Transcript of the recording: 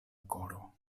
koro